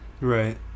right